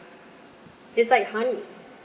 it's like honey